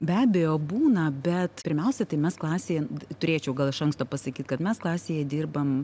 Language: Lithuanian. be abejo būna bet pirmiausia tai mes klasėje turėčiau gal iš anksto pasakyt kad mes klasėje dirbam